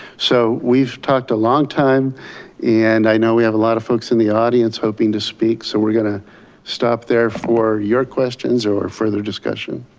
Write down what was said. so we've talked a long time and i know we have a lot of folks in the audience hoping to speak. so we're going to stop there for your questions or further discussion.